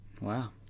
wow